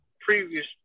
previous